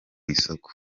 isoko